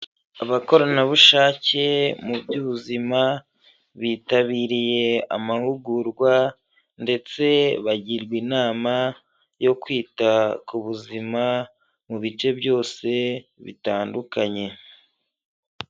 Abakoranabushake mu by'ubuzima bitabiriye amahugurwa ndetse bagirwa inama yo kwita ku buzima mu bice byose bitandukanye.